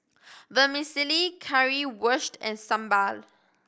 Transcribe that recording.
Vermicelli Currywurst and Sambar